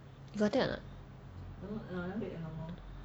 you got take or not